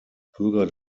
bürger